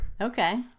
Okay